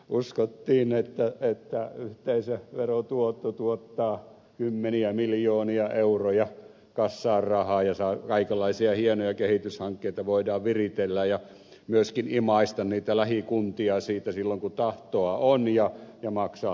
uskottiin että yhteisöverotuotto tuottaa kymmeniä miljoonia euroja kassaan rahaa ja kaikenlaisia hienoja kehityshankkeita voidaan viritellä ja myöskin imaista niitä lähikuntia siitä silloin kun tahtoa on ja maksaa niiden velatkin